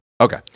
Okay